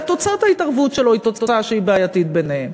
אלא תוצאת ההתערבות שלו היא תוצאה בעייתית בעיניהם.